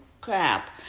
crap